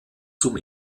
zum